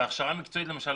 בהכשרה מקצועית למשל